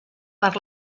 per